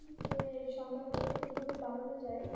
তো এই সংখ্যাগুলোকে কীভাবে বাড়ানো যায়